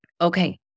Okay